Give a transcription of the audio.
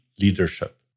leadership